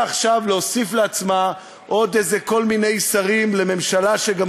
מנסה עכשיו להוסיף לעצמה עוד כל מיני שרים לממשלה שגם